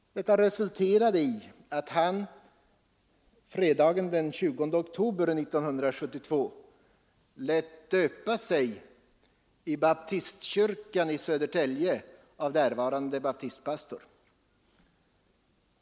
Detta resulterade i att han fredagen den 20 oktober 1972 lät döpa sig i baptistkyrkan i Södertälje av därvarande baptistpastor.